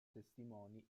testimoni